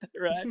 Right